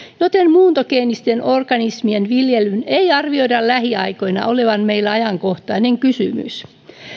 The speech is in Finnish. joten muuntogeenisten organismien viljelyn ei arvioida lähiaikoina olevan meillä ajankohtainen kysymys